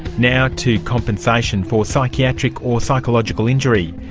now to compensation for psychiatric or psychological industry.